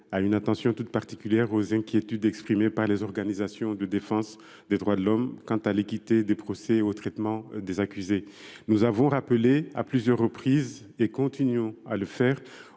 une attention toute particulière aux inquiétudes exprimées par les organisations de défense des droits de l’homme quant à l’équité du jugement et au traitement des accusés. Nous avons rappelé à plusieurs reprises – et nous continuerons de le faire